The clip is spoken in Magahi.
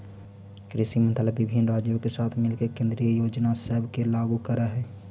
कृषि मंत्रालय विभिन्न राज्यों के साथ मिलके केंद्रीय योजना सब के लागू कर हई